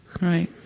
Right